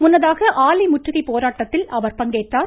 முன்னதாக ஆலை முற்றுகை போராட்டத்தில் அவர் பங்கேற்றார்